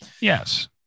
yes